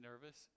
nervous